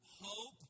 hope